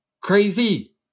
Crazy